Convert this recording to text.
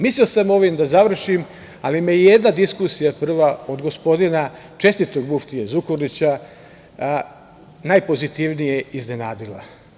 Mislio sam ovim da završim, ali me jedna diskusija, prva od gospodina čestitog muftije Zukorlića, najpozitivnije iznenadila.